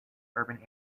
urban